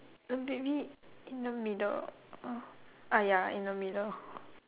maybe in the middle uh ah ya in the middle